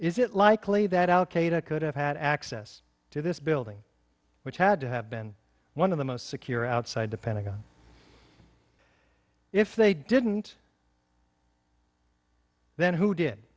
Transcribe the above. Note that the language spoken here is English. is it likely that al qaeda could have had access to this building which had to have been one of the most secure outside the pentagon if they didn't then who did